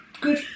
good